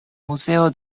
muzeo